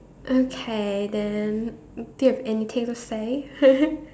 okay then do you have anything to say